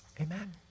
Amen